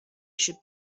should